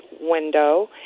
window